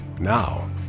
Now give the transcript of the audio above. Now